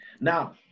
Now